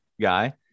guy